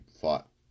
fought